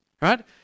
Right